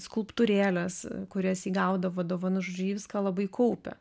skulptūrėlės kurias ji gaudavo dovanų žodžiu ji viską labai kaupia